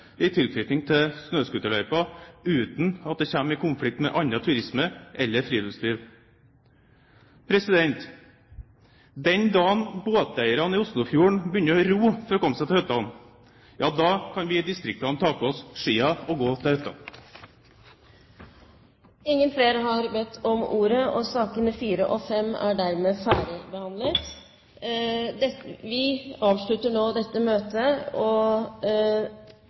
eller friluftsliv. Den dagen båteierne i Oslofjorden begynner å ro for å komme seg til hyttene, kan vi i distriktene ta på oss skiene og gå til hytta. Flere har ikke bedt om ordet til sakene nr. 4 og 5. Møtet blir nå hevet, og nytt møte settes kl. 18. Vi starter da med sak nr. 6. – Møtet er hevet. Etter ønske fra energi- og